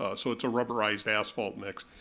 ah so it's a rubberized asphalt mix.